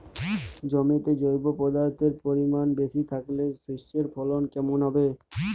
জমিতে জৈব পদার্থের পরিমাণ বেশি থাকলে শস্যর ফলন কেমন হবে?